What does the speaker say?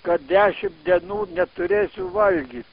kad dešim dienų neturėsiu valgyt